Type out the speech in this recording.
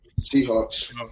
Seahawks